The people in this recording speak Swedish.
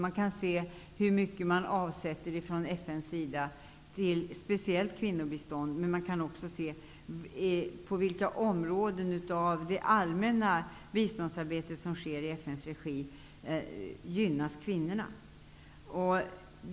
Man kan se hur mycket som avsätts från FN:s sida speciellt till kvinnobistånd. Man kan också se på vilka områden i det allmänna biståndsarbetet i FN:s regi som kvinnorna gynnas.